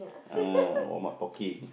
uh warm-up talking